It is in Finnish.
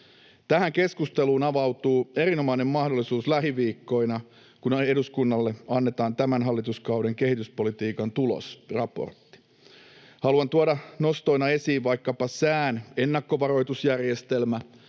Tähän keskusteluun avautuu erinomainen mahdollisuus lähiviikkoina, kun eduskunnalle annetaan tämän hallituskauden kehityspolitiikan tulosraportti. Haluan tuoda nostoina esiin vaikkapa sään ennakkovaroitusjärjestelmän,